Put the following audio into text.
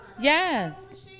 Yes